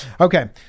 Okay